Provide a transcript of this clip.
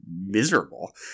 miserable